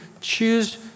choose